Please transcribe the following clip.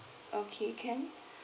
okay can